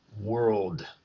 world